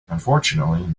unfortunately